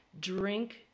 drink